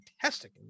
fantastic